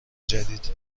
جدید